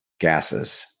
gases